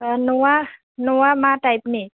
न'आ न'आ मा टाइपनि